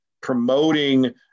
promoting